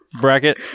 bracket